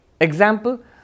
Example